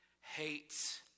hates